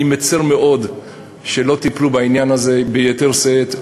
אני מצר מאוד שלא טיפלו בעניין הזה ביתר שאת,